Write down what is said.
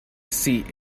seat